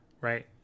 Right